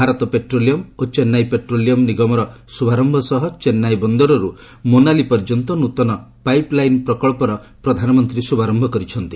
Bharat petroleum ଓ ଚେନ୍ନାଇ ପେଟ୍ରୋଲିୟମର ନିଗମର ଶୁଭାରମ୍ଭ ସହ ଚେନ୍ନାଇ ବନ୍ଦରରୁ ମୋନାଲି ପର୍ଯ୍ୟନ୍ତ ନୃତନ ପାଇପ ଲାଇନ ପ୍ରକନ୍ସର ଶ୍ରଭାରମ୍ଭ କରିଛନ୍ତି